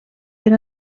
per